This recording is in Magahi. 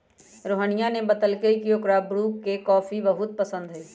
रोहिनीया ने बतल कई की ओकरा ब्रू के कॉफी बहुत पसंद हई